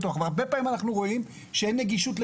כי הרבה פעמים אנחנו רואים שאין נגישות לשפה.